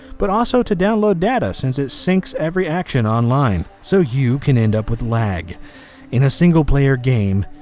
but also to download data since it syncs every action online. so, you can end up with lag in a single player game.